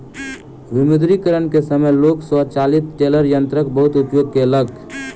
विमुद्रीकरण के समय लोक स्वचालित टेलर यंत्रक बहुत उपयोग केलक